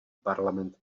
parlament